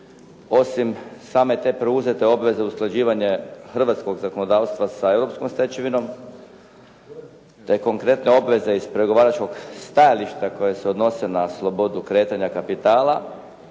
Osim same te preuzete obveze usklađivanje hrvatskog zakonodavstva sa europskog stečevinom, te konkretne obveze iz pregovaračkog stajališta koje se odnose na slobodu kretanja kapitala,